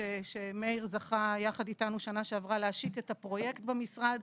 שמאיר זכה יחד איתנו שנה שעברה להשיק את הפרויקט במשרד.